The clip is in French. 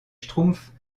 schtroumpfs